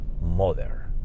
mother